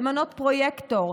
למנות פרויקטור,